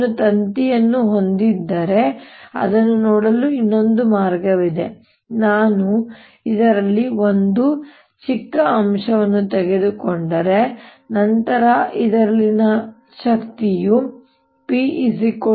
ನಾನು ತಂತಿಯನ್ನು ಹೊಂದಿದ್ದರೆ ಅದನ್ನು ನೋಡಲು ಇನ್ನೊಂದು ಮಾರ್ಗವಾಗಿದೆ ನಾನು ಇದರಲ್ಲಿ ಒಂದು ಚಿಕ್ಕ ಅಂಶವನ್ನು ತೆಗೆದುಕೊಂಡರೆ ನಂತರ ಇದರಲ್ಲಿನ ಶಕ್ತಿಯು PV